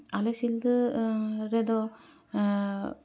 ᱟᱞᱮ ᱥᱤᱞᱫᱟᱹ ᱨᱮᱫᱚ